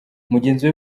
mugenzi